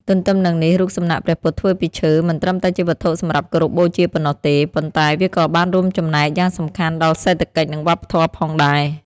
ទន្ទឹមនឹងនេះ រូបសំណាកព្រះពុទ្ធធ្វើពីឈើ មិនត្រឹមតែជាវត្ថុសម្រាប់គោរពបូជាប៉ុណ្ណោះទេ ប៉ុន្តែវាក៏បានរួមចំណែកយ៉ាងសំខាន់ដល់សេដ្ឋកិច្ច និងវប្បធម៌ផងដែរ។